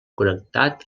connectat